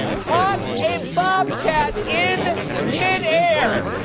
caught a bobcat in midair.